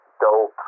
dope